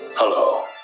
Hello